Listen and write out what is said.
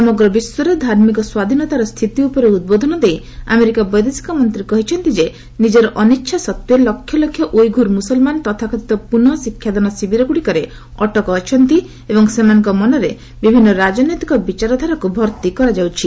ସମଗ୍ର ବିଶ୍ୱରେ ଧାର୍ମିକ ସ୍ୱାଧୀନତାର ସ୍ଥିତି ଉପରେ ଉଦ୍ବୋଧନ ଦେଇ ଆମେରିକା ବୈଦେଶିକ ମନ୍ତ୍ରୀ କହିଛନ୍ତି ଯେ ନିଜର ଅନ୍ତିଚ୍ଛା ସତ୍ତ୍ୱେ ଲକ୍ଷ ଲକ୍ଷ ଉଇଘୁର ମୁସଲମାନ ତଥାକଥିତ ପୁନଃ ଶିକ୍ଷାଦାନ ଶିବିର ଗୁଡିକରେ ଅଟକ ଅଛଝନ୍ତି ଏବଂ ସେମାନଙ୍କ ମନରେ ବିଭିନ୍ନ ରାଜନୈତିକ ବିଚାରଧାରାକୁ ଭର୍ତ୍ତି କରାଯାଉଛି